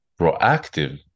proactive